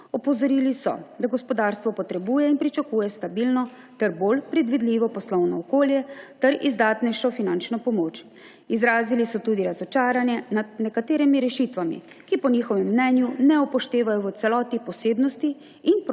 Opozorili so, da gospodarstvo potrebuje in pričakuje stabilno ter bolj predvidljivo poslovno okolje ter izdatnejšo finančno pomoč. Izrazili so tudi razočaranje nad nekaterimi rešitvami, ki po njihovem mnenju ne upoštevajo v celoti posebnosti in